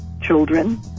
children